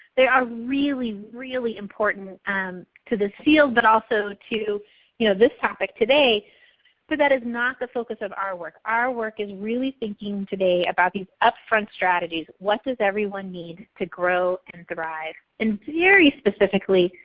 they are really really important to this field, but also to you know this topic today so but that is not the focus of our work. our work is really thinking, today about these up-front strategies. what does everyone need to grow and thrive? and very specifically,